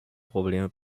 probleme